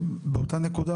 באותה נקודה,